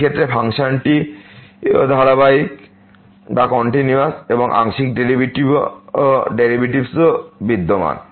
এই ক্ষেত্রে ফাংশনটিও ধারাবাহিক এবং আংশিক ডেরিভেটিভসও বিদ্যমান